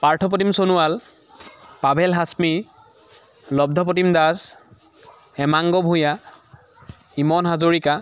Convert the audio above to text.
Partha Pratim Sonowal Pavel Hashmi Labdhapratim Das Hemanga Bhuyan Iman Hazarika